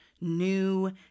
new